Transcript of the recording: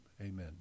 Amen